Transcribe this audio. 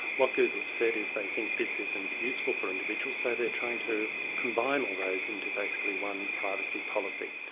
what google have said is they think this isn't useful for individuals, so they're trying to combine all those into basically one privacy policy.